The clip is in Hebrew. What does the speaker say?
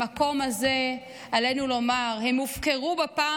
במקום הזה עלינו לומר: הם הופקרו בפעם